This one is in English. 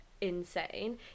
insane